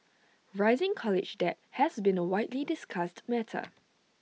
rising college debt has been A widely discussed matter